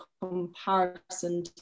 comparison